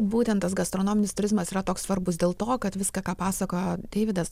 būtent tas gastronominis turizmas yra toks svarbus dėl to kad viską ką pasakojo deividas